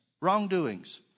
wrongdoings